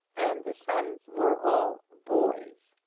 and the sons were all boys.